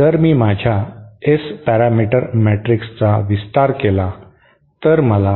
जर मी माझ्या S पॅरामीटर मॅट्रिक्सचा विस्तार केला तर मला